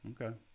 Okay